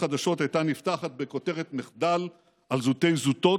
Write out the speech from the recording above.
חדשות הייתה נפתחת בכותרת "מחדל" על זוטי-זוטות?